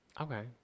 Okay